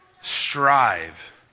strive